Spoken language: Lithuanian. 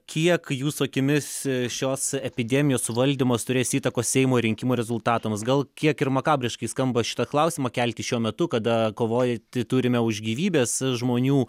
kiek jūsų akimis šios epidemijos suvaldymas turės įtakos seimo rinkimų rezultatams gal kiek ir makabriškai skamba šitą klausimą kelti šiuo metu kada kovoji turime už gyvybes žmonių